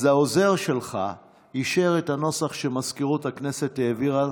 אז העוזר שלך אישר את הנוסח שמזכירות הכנסת העבירה,